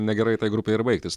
negerai tai grupei ir baigtis